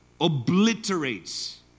obliterates